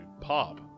pop